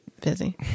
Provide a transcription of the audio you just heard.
busy